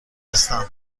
هستم